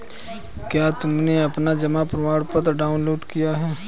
क्या तुमने अपना जमा प्रमाणपत्र डाउनलोड किया है?